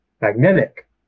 magnetic